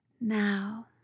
Now